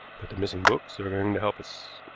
but the missing books are going to help us.